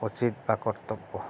উচিত বা কর্তব্য